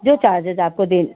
जो चार्जेज़ आपको देने